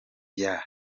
yeah